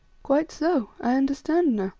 quite so! i understand now,